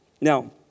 Now